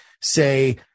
say